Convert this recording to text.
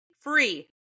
free